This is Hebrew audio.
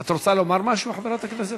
את רוצה לומר משהו, חברת הכנסת?